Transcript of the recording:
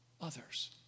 others